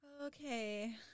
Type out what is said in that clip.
Okay